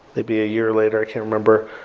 maybe a year later. i can't remember.